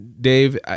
Dave